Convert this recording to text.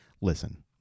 listen